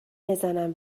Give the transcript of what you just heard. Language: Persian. بزنم